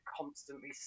constantly